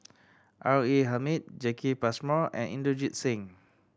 R A Hamid Jacki Passmore and Inderjit Singh